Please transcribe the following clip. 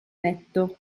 letto